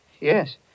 yes